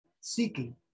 Seeking